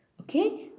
okay